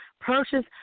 purchase